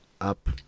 up